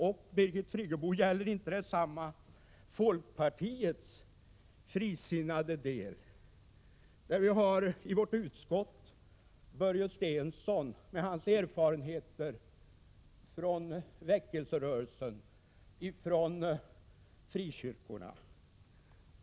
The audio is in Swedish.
Och, Birgit Friggebo, gäller inte detsamma folkpartiets frisinnade del? I vårt utskott sitter Börje Stensson, som har erfarenheter från väckelserörelsen och från frikyrkorna.